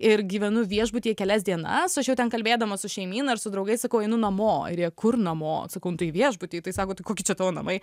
ir gyvenu viešbutyje kelias dienas aš jau ten kalbėdama su šeimyna ar su draugais sakau einu namo ir jie kur namo sakau nu tai į viešbutį tai sako tai kokie čia tavo namai